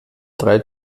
drei